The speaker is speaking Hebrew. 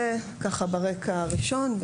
זה ברקע הראשון.